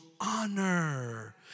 honor